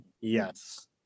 Yes